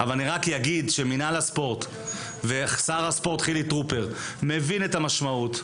רק אגיד שמינהל הספורט ושר הספורט חילי טרופר מבין את המשמעות,